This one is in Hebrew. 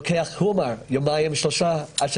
לוקח יומיים שלושה עד ש